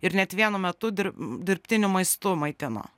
ir net vienu metu dir dirbtiniu maistu maitino